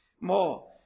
More